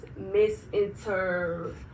misinter